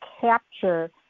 capture